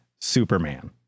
Superman